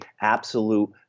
absolute